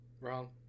Wrong